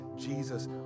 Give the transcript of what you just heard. Jesus